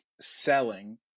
selling